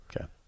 Okay